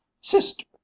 Sister